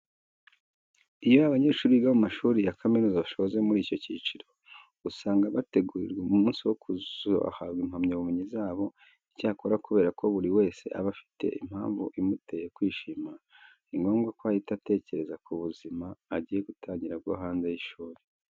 Iyo abanyeshuri biga mu mashuri ya kaminuza basoje muri icyo cyiciro, usanga bategurirwa umunsi wo kuzahabwa impamyabumenyi zabo. Icyakora kubera ko buri wese aba afite impamvu imuteye kwishima, ni ngombwa ko ahita atekereza ku buzima agiye gutangira bwo hanze y'ishuri.